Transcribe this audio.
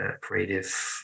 creative